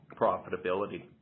profitability